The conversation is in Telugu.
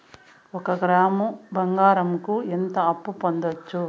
ఒక గ్రాము బంగారంకు ఎంత అప్పు పొందొచ్చు